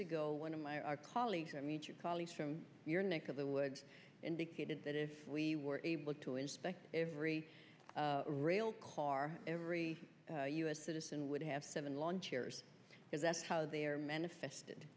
ago one of my our colleagues i meet your colleagues from your neck of the woods indicated that if we were able to inspect every rail car every us citizen would have seven lawn chairs because that's how they are manifested